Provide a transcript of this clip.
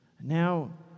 now